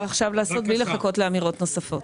עכשיו לעשות בלי לחכות לאמירות נוספות.